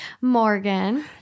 Morgan